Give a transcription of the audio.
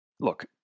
Look